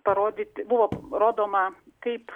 parodyti buvo rodoma kaip